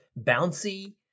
bouncy